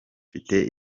mfite